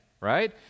right